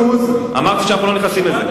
זה לא, אמרתי שאנחנו לא נכנסים לזה.